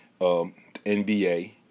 nba